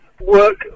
work